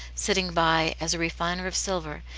sitting by as a refiner of silver,